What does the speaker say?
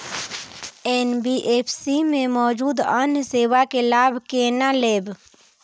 NBFC में मौजूद अन्य सेवा के लाभ केना लैब?